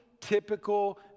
typical